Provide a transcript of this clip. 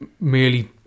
merely